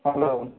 hello